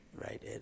right